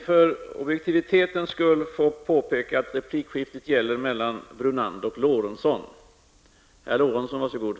För tydlighetens skull vill jag påpeka att replikskiftet gäller mellan Lennart Brunander och